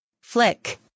Flick